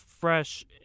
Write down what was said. fresh